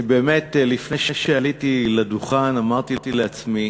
אני באמת, לפני שעליתי לדוכן, אמרתי לעצמי